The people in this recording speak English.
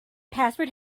password